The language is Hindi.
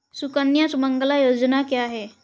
सुकन्या सुमंगला योजना क्या है?